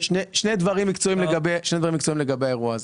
שני דברים מקצועיים לגבי האירוע הזה.